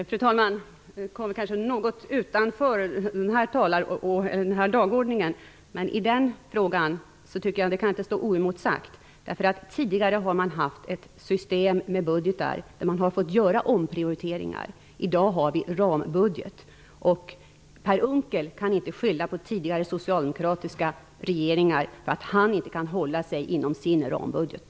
Fru talman! Vi kommer kanske något utanför dagordningen, men detta kan inte stå oemotsagt. Tidigare har man nämligen haft ett system för budgetar som innebar att man fick göra omprioriteringar. I dag har vi en rambudget. Per Unckel kan inte skylla tidigare socialdemokratiska regeringar för att han inte kan hålla sig inom sin rambudget.